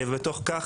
ותוך כך,